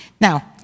Now